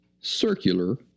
circular